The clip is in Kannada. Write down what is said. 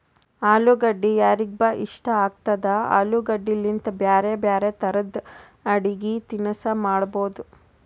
ಅಲುಗಡ್ಡಿ ಯಾರಿಗ್ಬಿ ಇಷ್ಟ ಆಗ್ತದ, ಆಲೂಗಡ್ಡಿಲಿಂತ್ ಬ್ಯಾರೆ ಬ್ಯಾರೆ ತರದ್ ಅಡಗಿ ತಿನಸ್ ಮಾಡಬಹುದ್